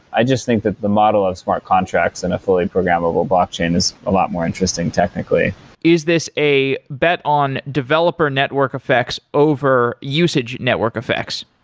i just think that the model of smart contracts and a fully programmable blockchain is a lot more interesting technically is this a bet on developer network effects over usage network effects?